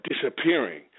disappearing